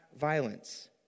violence